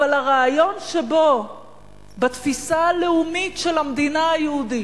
אבל הרעיון שבו בתפיסה הלאומית של המדינה היהודית,